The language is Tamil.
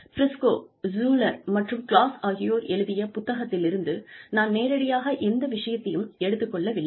பிரிஸ்கோ ஷூலர் மற்றும் கிளாஸ் ஆகியோர் எழுதிய புத்தகத்திலிருந்து நான் நேரடியாக எந்த விஷயத்தையும் எடுத்துக் கொள்ளவில்லை